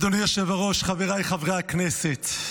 אדוני היושב-ראש, חבריי חברי הכנסת,